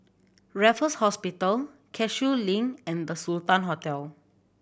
Raffles Hospital Cashew Link and The Sultan Hotel